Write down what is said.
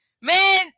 Man